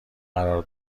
قرار